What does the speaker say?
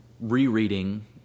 rereading